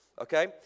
Okay